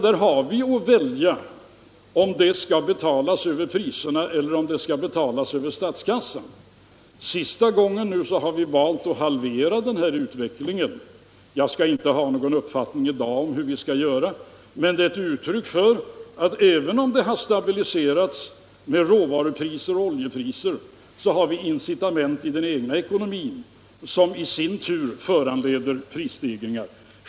Där har vi att välja mellan om det skall betalas över priserna eller över statskassan. Förra gången valde vi att halvera den utvecklingen, i dag har jag ännu ingen uppfattning om hur vi skall göra. Men det här kravet är ett uttryck för att även om råvarupriser och oljepriser har stabiliserats har vi incitament i den egna ekonomin som i sin tur föranleder prisstegringar.